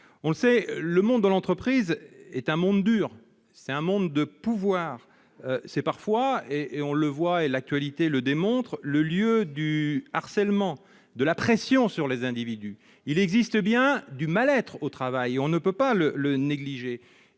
On le sait, le monde de l'entreprise est un monde dur, c'est un monde de pouvoir, c'est parfois, et l'actualité le démontre, le lieu du harcèlement, de la pression sur les individus. Il existe bien du mal-être au travail, et l'on ne peut pas le négliger.